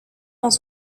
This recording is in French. dans